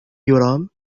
يرام